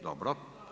Dobro.